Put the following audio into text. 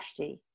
-d